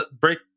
break